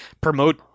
promote